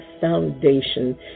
foundation